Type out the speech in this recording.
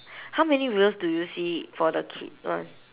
how many wheels do you see for the kid one